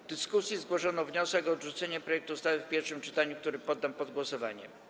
W dyskusji zgłoszono wniosek o odrzucenie projektu ustawy w pierwszym czytaniu, który poddam pod głosowanie.